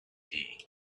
tea